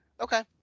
Okay